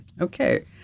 okay